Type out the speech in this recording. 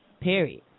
period